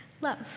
Love